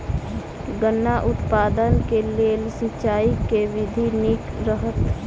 गन्ना उत्पादन केँ लेल सिंचाईक केँ विधि नीक रहत?